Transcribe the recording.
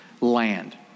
land